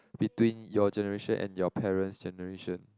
between your generation and your parents generation